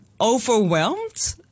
overwhelmed